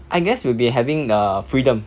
I guess we'll be having the freedom